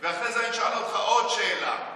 ואחרי זה אני אשאל אותך עוד שאלה.